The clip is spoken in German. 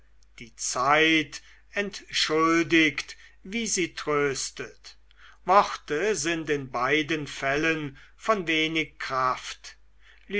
die zeit entschuldigt wie sie tröstet worte sind in beiden fällen von wenig kraft